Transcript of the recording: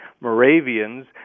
Moravians